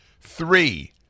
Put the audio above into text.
Three